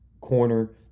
Corner